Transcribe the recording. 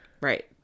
Right